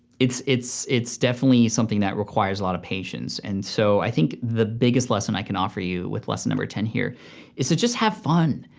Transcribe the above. it's it's definitely something that requires a lot of patience. and so i think the biggest lesson i can offer you with lesson number ten here is to just have fun,